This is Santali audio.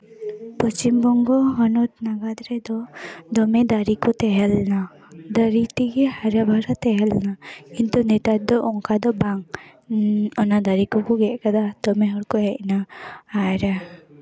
ᱯᱚᱪᱷᱤᱢ ᱵᱚᱝᱜᱚ ᱦᱚᱱᱚᱛ ᱨᱮᱫᱚ ᱫᱚᱢᱮ ᱫᱟᱨᱮ ᱠᱚ ᱛᱟᱦᱮᱸ ᱞᱮᱱᱟ ᱫᱟᱨᱮ ᱛᱮᱜᱮ ᱦᱟᱨᱚ ᱵᱟᱨᱚ ᱛᱟᱦᱮᱸ ᱞᱮᱱᱟ ᱠᱤᱱᱛᱩ ᱱᱮᱛᱟᱨ ᱫᱚ ᱚᱱᱠᱟ ᱫᱚ ᱵᱟᱝ ᱚᱱᱟ ᱫᱟᱨᱮ ᱠᱚᱠᱚ ᱜᱮᱫ ᱠᱟᱫᱟ ᱫᱚᱢᱮ ᱦᱚᱲ ᱠᱚ ᱦᱮᱡ ᱱᱟ ᱟᱨ